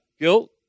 guilt